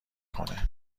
کنه